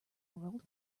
world